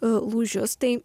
lūžius tai